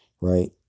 right